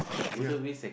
ya